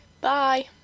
bye